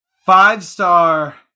Five-star